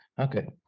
okay